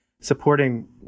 supporting